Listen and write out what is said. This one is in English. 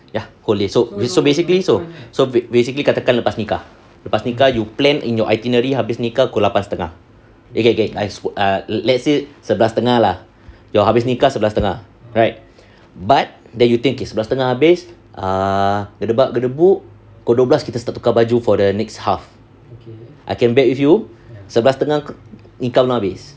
ya whole day so we so basically katakan lepas nikah you plan in your itinerary habis nikah pukul lapan setengah err let's say sebelas setengah your habis nikah sebelas setengah right but then you think is sebelas setengah habis err pukul dua belas tukar baju for the next half I can bet with you sebelas setengah nikah belum habis